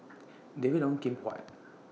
David Ong Kim Huat